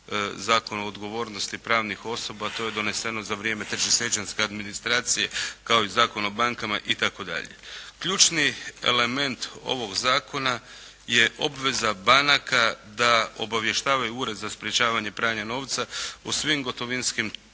Zakonu o odgovornosti pravnih osoba. To je doneseno za vrijeme trećesiječanjske administracije kao i Zakon o bankama itd. Ključni element ovog Zakona je obveza banaka da obavještavaju Ured za sprječavanje pranja novca o svim gotovinskim